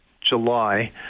July